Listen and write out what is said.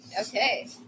Okay